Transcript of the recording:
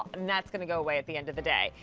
and that's going to go away at the end of the day.